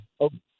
okay